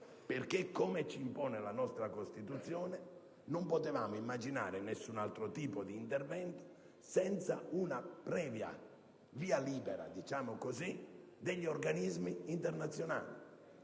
perché, come ci impone la nostra Costituzione, non potevamo immaginare nessun altro tipo d'intervento senza un previo via libera, per così dire, degli organismi internazionali.